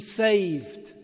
saved